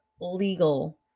legal